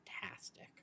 fantastic